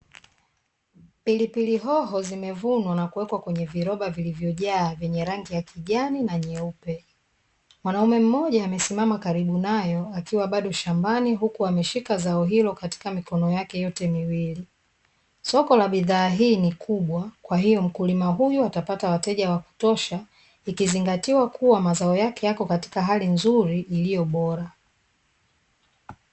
Pilipili hoho zimevunwa na kuwekwa kwenye viroba vilivyojaa vyenye rangi ya kijani na nyeupe, mwanaume mmoja amesimama karibu nayo akiwa bado shambani huku ameshika zao hilo katika mikono yake yote miwili, soko la bidhaa hii ni kubwa kwahyo mkulima huyu atapata wateja wa kutosha ikizingatiwa kuwa mazao yake yapo katika hali nzuri iliyo bora.